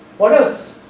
what else